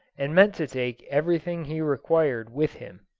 and meant to take everything he required with him.